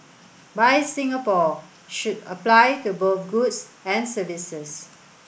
buy Singapore should apply to both goods and services